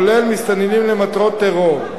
כולל מסתננים למטרות טרור,